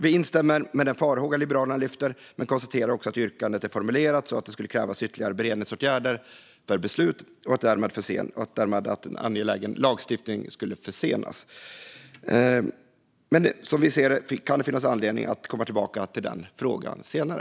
Vi instämmer i den farhåga Liberalerna lyfter men konstaterar också att yrkandet är formulerat så att det skulle krävas ytterligare beredningsåtgärder för beslut och att en angelägen lagstiftning därmed skulle försenas. Som vi ser det kan det finnas anledning att komma tillbaka till den frågan senare.